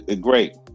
great